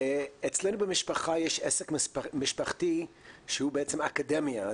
אצלנו במשפחה יש עסק משפחתי שהוא בעצם אקדמיה,